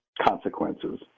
consequences